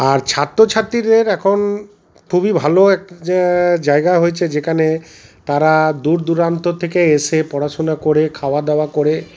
আর ছাত্রছাত্রীদের এখন খুবই ভালো একটা জায়গা হয়েছে যেখানে তারা দূর দূরান্ত থেকে এসে পড়াশুনা করে খাওয়া দাওয়া করে